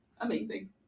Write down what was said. Amazing